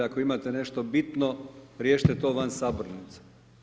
Ako imate nešto bitno, riješite to van sabornice.